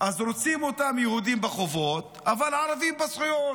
אז רוצים אותם יהודים בחובות אבל ערבים בזכויות.